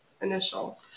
initial